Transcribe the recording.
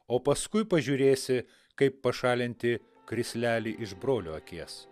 o paskui pažiūrėsi kaip pašalinti krislelį iš brolio akies